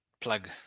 plug